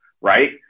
right